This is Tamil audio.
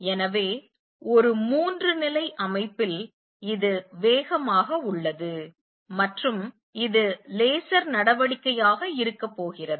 எனவே ஒரு மூன்று நிலை அமைப்பில் இது வேகமாக உள்ளது மற்றும் இது லேசர் நடவடிக்கையாக இருக்க போகிறது